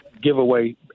giveaway